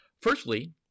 Firstly